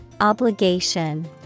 Obligation